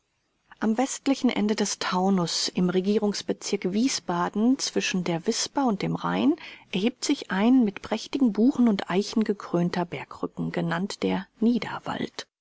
am westlichen ende des taunus im regierungsbezirk wiesbaden zwischen der wisper und dem rhein erhebt sich ein mit prächtigen buchen und eichen gekrönter bergrücken genannt der niederwald